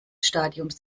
stadiums